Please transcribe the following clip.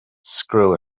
screw